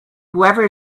whoever